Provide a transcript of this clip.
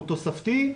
הוא תוספתי.